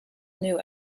knew